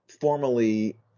formally